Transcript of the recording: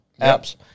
apps